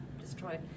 destroyed